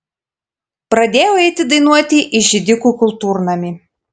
pradėjau eiti dainuoti į židikų kultūrnamį